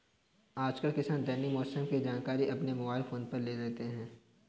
आजकल किसान दैनिक मौसम की जानकारी अपने मोबाइल फोन पर ले लेते हैं